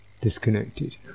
disconnected